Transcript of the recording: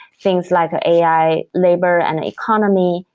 things like ai labor and economy,